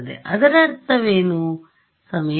ಅದರರ್ಥ ಏನು